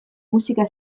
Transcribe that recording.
musika